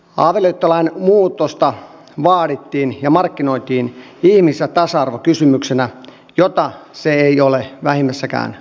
avioliittolain muutosta vaadittiin ja markkinoitiin ihmis ja tasa arvokysymyksenä jota se ei ole vähimmässäkään määrin